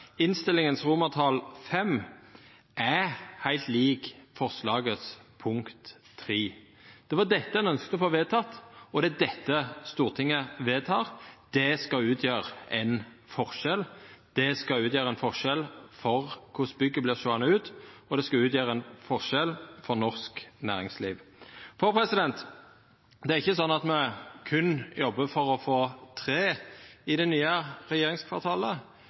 innstillinga er heilt likt punkt 3 i forslaget. Det var dette ein ønskte å få vedteke, og det er dette Stortinget vedtek. Det skal utgjera ein forskjell. Det skal utgjera ein forskjell for korleis bygget vert sjåande ut, og det skal utgjera ein forskjell for norsk næringsliv. Det er ikkje slik at me berre jobbar for å få tre i det nye regjeringskvartalet.